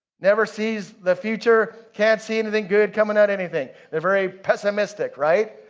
never sees the future, can't see anything good coming out anything. they're very pessimistic, right?